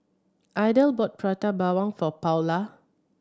Idell bought Prata Bawang for Paula